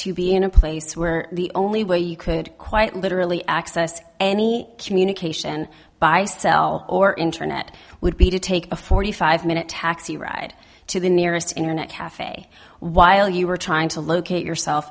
to be in a place where the only way you could quite literally access any communication by cell or internet would be to take a forty five minute taxi ride to the nearest internet cafe while you were trying to locate yourself